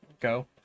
go